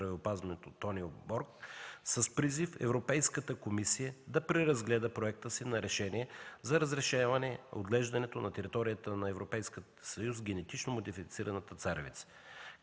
Тонио Борг с призив Европейската комисия да преразгледа проекта си на решение за разрешаване отглеждането на територията на Европейския съюз на генетично модифицираната царевица.